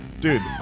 Dude